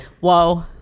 Whoa